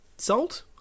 Salt